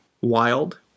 wild